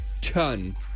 ton